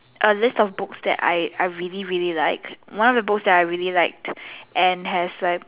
a list of books that I I really really like one of the books that I really liked and has like